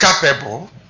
capable